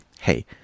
hey